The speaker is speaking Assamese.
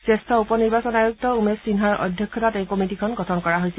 জ্যেষ্ঠ উপ নিৰ্বাচন আয়ুক্ত উমেশ সিনহাৰ অধ্যক্ষতাত এই কমিটিখন গঠন কৰা হৈছিল